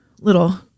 little